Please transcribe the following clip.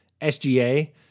SGA